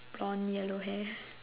blonde yellow hair